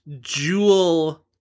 jewel